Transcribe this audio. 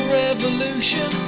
revolution